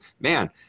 man